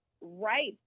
right